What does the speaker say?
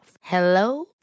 hello